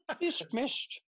Dismissed